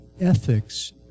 ethics